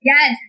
Yes